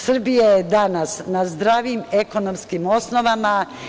Srbija je danas na zdravim ekonomskim osnovama.